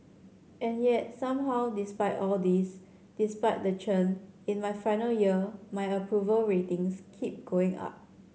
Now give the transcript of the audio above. and yet somehow despite all this despite the churn in my final year my approval ratings keep going up